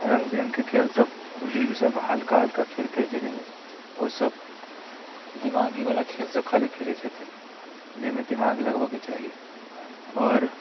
रङ्ग बिरङ्गके खेलसभ बुजुर्गसभ हल्का हल्का खेल खेलैत छथिन ओसभ दिमागीवला खेलसभ खाली खेलैत छथिन जाहिमे दिमाग लगबयके चाही आओर